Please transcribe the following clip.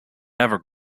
never